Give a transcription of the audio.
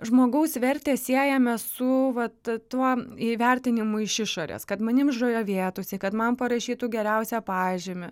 žmogaus vertę siejame su vat tuo įvertinimu iš išorės kad manim žavėtųsi kad man parašytų geriausią pažymį